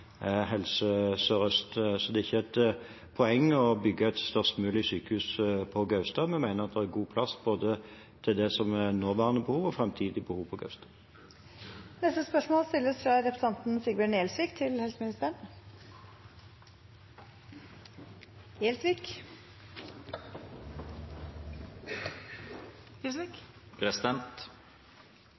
Helse Sør-Øst. Så det er ikke et poeng å bygge et størst mulig sykehus på Gaustad, men jeg mener at det er god plass til både nåværende og framtidige behov på Gaustad. «Akershus universitetssykehus er